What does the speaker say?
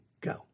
go